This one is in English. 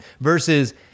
versus